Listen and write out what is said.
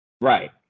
Right